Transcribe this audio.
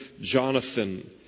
Jonathan